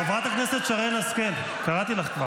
חברת הכנסת שרן השכל, כבר קראתי לך.